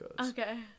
Okay